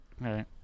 Right